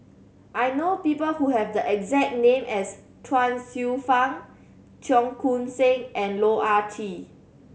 I know people who have the exact name as Chuang Hsueh Fang Cheong Koon Seng and Loh Ah Chee